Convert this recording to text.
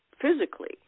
physically